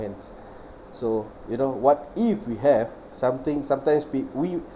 hence so you know what if we have something sometimes peo~ we